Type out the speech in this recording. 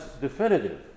definitive